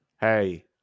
Hey